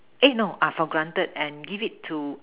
eh no are for granted and give it to